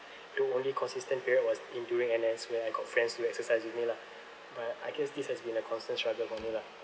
to only consistent period was in during N_S where I got friends to exercise with me lah but I guess this has been a constant struggle for me lah